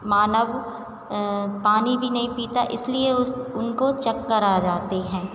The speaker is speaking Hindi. मानव पानी भी नहीं पीता इसलिए उस उनको चक्कर आ जाते हैं